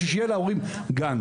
כדי שלהורים יהיה גן.